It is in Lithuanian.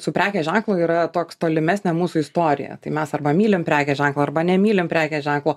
su prekės ženklu yra toks tolimesnė mūsų istoriją tai mes arba mylim prekės ženklą arba nemylim prekės ženklo